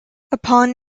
upon